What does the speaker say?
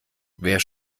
wer